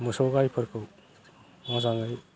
मोसौ गायफोरखौ मोजाङै